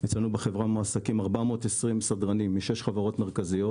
אצלנו בחברה מועסקים כ-420 סדרנים משש חברות מרכזיות,